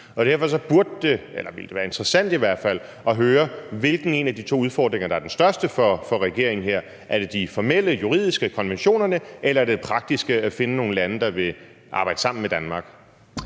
Derfor ville det være interessant at høre, hvilken en af de to udfordringer der er den største for regeringen: Er det det formelle juridiske, nemlig konventionerne, eller er det det praktiske med at finde nogle lande, der vil arbejde sammen med Danmark?